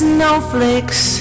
Snowflakes